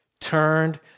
turned